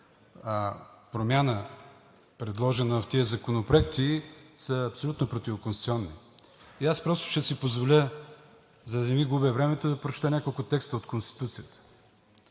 промяна, предложена в тези законопроекти, са абсолютно противоконституционни. Ще си позволя, за да не Ви губя времето, да прочета няколко текста от Конституцията: